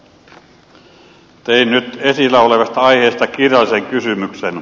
tein nyt esillä olevasta aiheesta kirjallisen kysymyksen